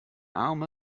arme